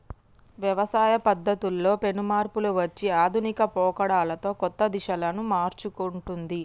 వ్యవసాయ పద్ధతుల్లో పెను మార్పులు వచ్చి ఆధునిక పోకడలతో కొత్త దిశలను మర్సుకుంటొన్ది